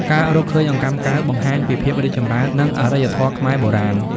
ការរកឃើញអង្កាំកែវបង្ហាញពីភាពរីកចម្រើន និងអរិយធម៌ខ្មែរបុរាណ។